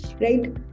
right